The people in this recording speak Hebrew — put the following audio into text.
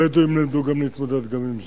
הבדואים ידעו להתמודד גם עם זה.